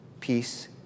Peace